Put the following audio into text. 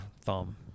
thumb